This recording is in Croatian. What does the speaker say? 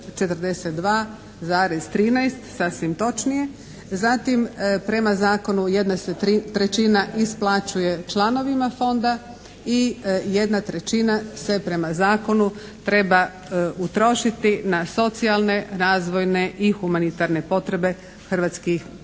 42,13 sasvim točnije. Zatim prema Zakonu jedna se trećina isplaćuje članovima Fonda i 1/3 se prema Zakonu treba utrošiti na socijalne, razvojne i humanitarne potrebe hrvatskih branitelja.